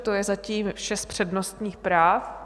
To je zatím vše z přednostních práv.